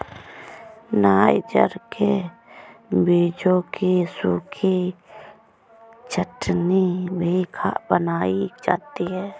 niger के बीजों की सूखी चटनी भी बनाई जाती है